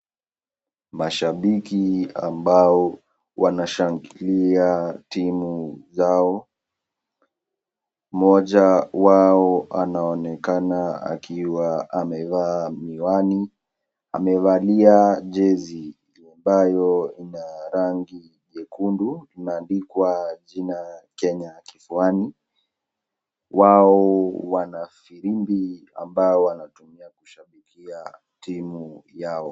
Mashabiki ambao wanashangilia timu zao, mmoja wao anaonekana akiwa amevaa miwani, amevalia jezi ambayo ina rangi nyekundu imeandikwa jina Kenya kifuani wao wana firimbi ambao wanatumia kushapikia timu yao.